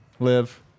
Live